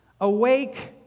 Awake